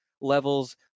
levels